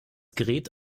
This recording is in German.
gerät